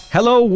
Hello